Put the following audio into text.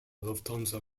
lufthansa